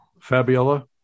Fabiola